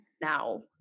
now